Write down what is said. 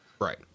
right